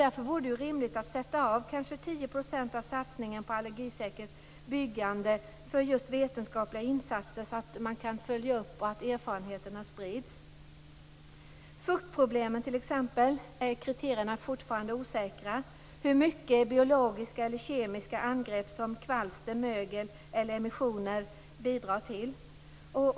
Därför borde det vara rimligt att sätta av 10 % av det som satsas på allergisäkert byggande för just vetenskapliga insatser, så att det går att göra uppföljningar och att erfarenheterna sprids. Kriterierna för fuktproblem är fortfarande osäkra. Hur mycket bidrar fukt till biologiska och kemiska angrepp som kvalster, mögel eller emissioner?